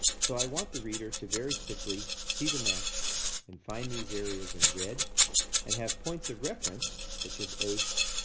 so, i want the reader to very quickly see the map and find these areas in red and have points of reference such as osh,